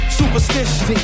superstition